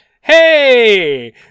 Hey